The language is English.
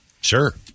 Sure